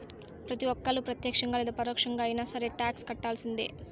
ప్రతి ఒక్కళ్ళు ప్రత్యక్షంగా లేదా పరోక్షంగా అయినా సరే టాక్స్ కట్టాల్సిందే